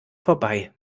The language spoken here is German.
vorbei